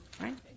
Right